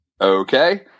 okay